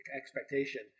expectation